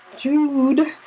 Jude